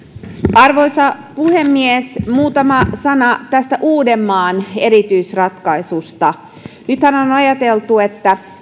arvoisa puhemies muutama sana tästä uudenmaan erityisratkaisusta nythän on ajateltu että